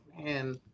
man